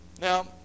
Now